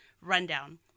rundown